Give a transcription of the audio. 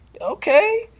Okay